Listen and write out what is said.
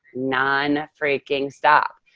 non freaking stop.